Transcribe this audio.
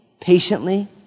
Patiently